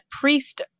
priest